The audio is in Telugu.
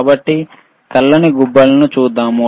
కాబట్టి తెల్లని గుబ్బలను చూద్దాం